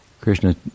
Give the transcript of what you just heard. Krishna